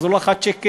חזרו לך צ'קים,